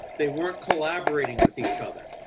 they weren't collaborating with each other.